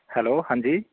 hello ਹਾਂਜੀ